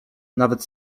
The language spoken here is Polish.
nawet